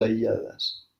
aïllades